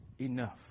Enough